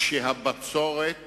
שהבצורת